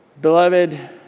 beloved